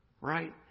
right